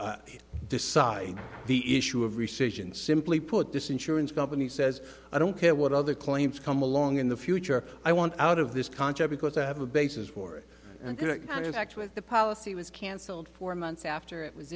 decide the issue of research and simply put this insurance company says i don't care what other claims come along in the future i want out of this concept because i have a basis for it and correct and in fact with the policy was cancelled four months after it was